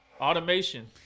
Automation